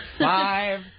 five